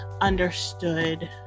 understood